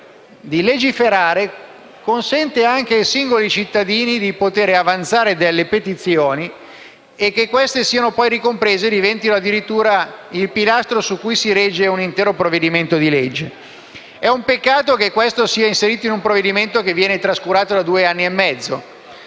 di legiferare consenta anche ai singoli cittadini di poter avanzare petizioni che siano ricomprese e diventino addirittura il pilastro su cui si regge un intero provvedimento di legge. È un peccato che questa petizione si inserisca in un provvedimento che viene trascurato da due anni e mezzo.